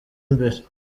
imbere